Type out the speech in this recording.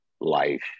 life